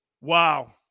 Wow